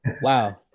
wow